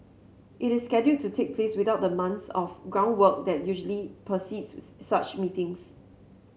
it is scheduled to take place without the months of groundwork that usually precedes such meetings